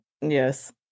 Yes